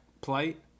plight